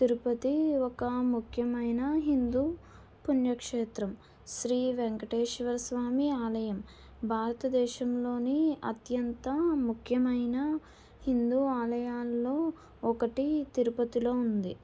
తిరుపతి ఒక ముఖ్యమైన హిందూ పుణ్యక్షేత్రం శ్రీ వెంకటేశ్వర స్వామి ఆలయం భారతదేశంలోని అత్యంత ముఖ్యమైన హిందూ ఆలయాల్లో ఒకటి తిరుపతిలో ఉంది